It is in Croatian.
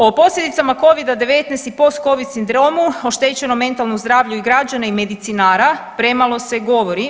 O posljedicama covida-19 i postcovid sindromu, oštećenom mentalnom zdravlja i građana i medicinara premalo se govori.